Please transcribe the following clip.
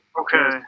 Okay